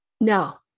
No